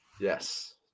Yes